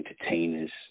entertainers